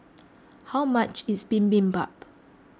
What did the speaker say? how much is Bibimbap